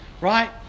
Right